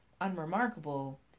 unremarkable